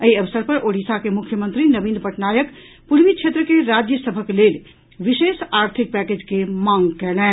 एहि अवसरि पर ओडिशा के मुख्यमंत्री नवीन पटनायक पूर्वी क्षेत्र के राज्य सभक लेल विशेष आर्थिक पैकेज के मांग कयलनि